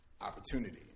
opportunity